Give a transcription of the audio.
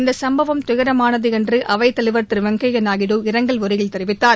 இந்த சும்பவம் துயரமானது என்று அவைத்தலைவர் திரு வெங்கையா நாயுடு இரங்கல் உரையில் தெரிவித்தார்